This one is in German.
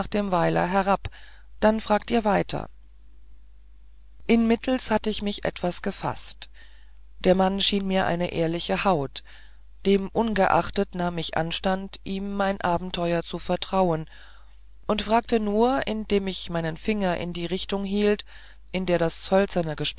dem weiler hinab da fragt ihr weiter inmittelst hatt ich mich etwas gefaßt der mann schien mir eine ehrliche haut demungeachtet nahm ich anstand ihm mein abenteuer zu vertrauen und fragte nur indem ich meinen finger in der richtung hielt in der das